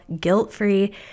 guilt-free